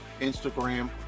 Instagram